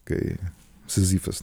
kai sizifas